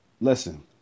Listen